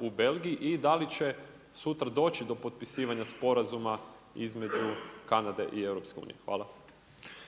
u Belgiji i da li će sutra doći do potpisivanja sporazuma između Kanade i Europske